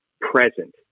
present